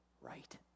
right